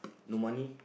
no money